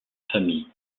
famille